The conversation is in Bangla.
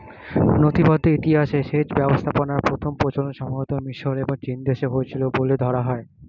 নথিবদ্ধ ইতিহাসে সেচ ব্যবস্থাপনার প্রথম প্রচলন সম্ভবতঃ মিশর এবং চীনদেশে হয়েছিল বলে ধরা হয়